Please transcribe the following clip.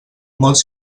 molts